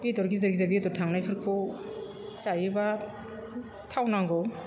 बेदर गिदिर गिदिर बेदर थानायफोरखौ जायोब्ला थाव नांगौ